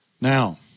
Now